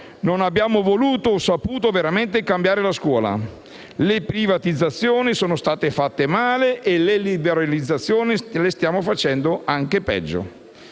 Non abbiamo voluto o saputo cambiare la scuola. Le privatizzazioni sono state fatte male e le liberalizzazioni le stiamo facendo anche peggio.